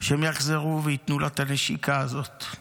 שהם יחזרו וייתנו לה את הנשיקה הזאת.